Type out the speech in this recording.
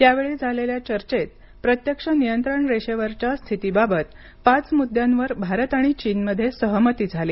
यावेळी झालेल्या चर्चेत प्रत्यक्ष नियंत्रण रेषेवरच्या स्थितीबाबत पाच मुद्द्यांवर भारत आणि चीनमध्ये सहमती झाली